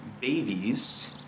babies